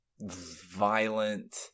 violent